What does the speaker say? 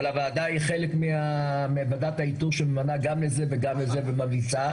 אבל הועדה היא חלק מועדת האיתור שממנה גם לזה וגם לזה וממליצה,